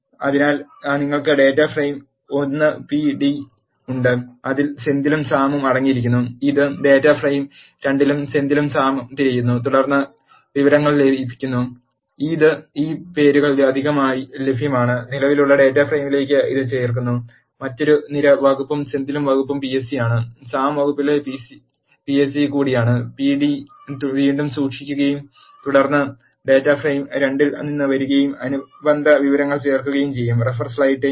അതിനാൽ നിങ്ങൾക്ക് data frame 1 P D ഉണ്ട് അതിൽ സെന്തിലും സാമും അടങ്ങിയിരിക്കുന്നു ഇത് ഡാറ്റാ ഫ്രെയിം 2 ൽ സെന്തിലും സാമും തിരയുന്നു തുടർന്ന് വിവരങ്ങൾ ലയിപ്പിക്കുന്നു ഇത് ഈ പേരുകൾക്ക് അധികമായി ലഭ്യമാണ് നിലവിലുള്ള ഡാറ്റാ ഫ്രെയിമിലേക്ക് ഇത് ചേർക്കുന്നു മറ്റൊരു നിര വകുപ്പും സെന്തിൽ വകുപ്പും പി എസ് സി ആണ് സാം വകുപ്പിലെ പി എസ് സി കൂടിയാണ് ഇത് പിഡി വീണ്ടും സൂക്ഷിക്കുകയും തുടർന്ന് ഡാറ്റാ ഫ്രെയിം 2 ൽ നിന്ന് വരുന്ന അനുബന്ധ വിവരങ്ങൾ ചേർക്കുകയും ചെയ്യും